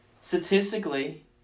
statistically